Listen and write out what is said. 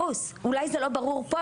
אולי זה לא ברור פה,